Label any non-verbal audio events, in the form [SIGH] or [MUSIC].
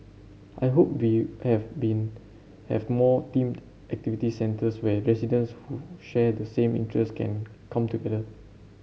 I hope [UNINTELLIGIBLE] have been have more themed activity centres where residents who share the same interest can come together